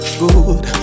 good